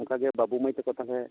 ᱚᱱᱠᱟ ᱜᱮ ᱵᱟᱹᱵᱩ ᱢᱟᱹᱭ ᱛᱟᱠᱚ ᱛᱟᱦᱚᱞᱮ